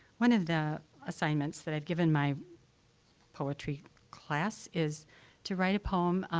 one of the assignments that i've given my poetry class is to write a poem,